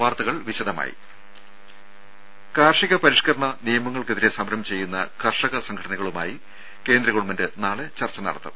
വാർത്തകൾ വിശദമായി കാർഷിക പരിഷ്കരണ നിയമങ്ങൾക്കെതിരെ സമരം ചെയ്യുന്ന കർഷക സംഘടനകളുമായി കേന്ദ്ര ഗവൺമെന്റ് നാളെ ചർച്ച നടത്തും